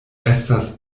estas